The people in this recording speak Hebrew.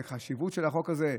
בחשיבות של החוק הזה?